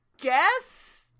guess